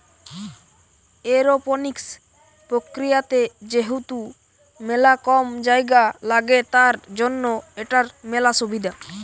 aeroponics প্রক্রিয়াতে যেহেতু মেলা কম জায়গা লাগে, তার জন্য এটার মেলা সুবিধা